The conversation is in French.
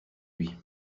lui